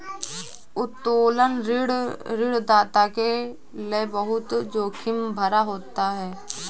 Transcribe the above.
उत्तोलन ऋण ऋणदाता के लये बहुत जोखिम भरा होता है